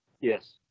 Yes